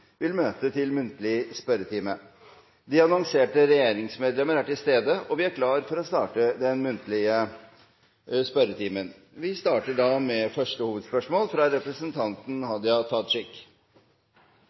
De annonserte regjeringsmedlemmer er til stede, og vi er klare til å starte den muntlige spørretimen. Første hovedspørsmål er fra representanten